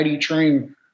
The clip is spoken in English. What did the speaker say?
train